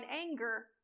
anger